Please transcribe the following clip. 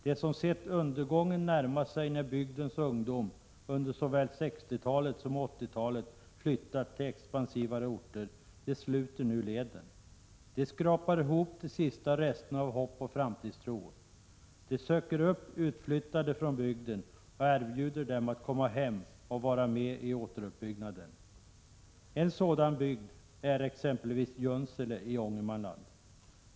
De som sett undergången närma sig när bygdens ungdom under såväl 1960-talet som 1980-talet flyttat till expansivare orter sluter nu leden. De skrapar ihop de sista resterna av hopp och framtidstro. De söker upp utflyttade från bygden och erbjuder dem att komma hem och vara med i återuppbyggnaden. En sådan bygd är Junsele i Ångermanland.